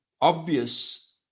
obvious